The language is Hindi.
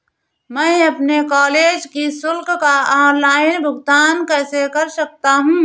मैं अपने कॉलेज की शुल्क का ऑनलाइन भुगतान कैसे कर सकता हूँ?